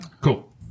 Cool